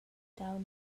dau